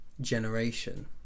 generation